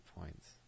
points